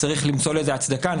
צריך למצוא לזה הצדקה.